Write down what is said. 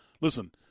listen